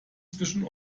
zwischen